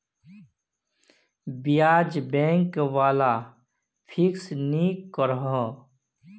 ब्याज़ बैंक वाला फिक्स नि करोह